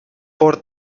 por